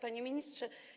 Panie Ministrze!